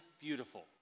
beautiful